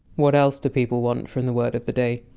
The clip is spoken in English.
what else do people want from the word of the day?